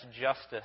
justice